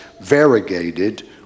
variegated